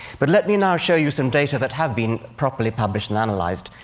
but let me know show you some data that have been properly published and analyzed,